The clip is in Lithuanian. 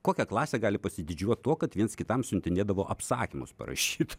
kokia klasė gali pasididžiuoti tuo kad viens kitam siuntinėdavo apsakymus parašytus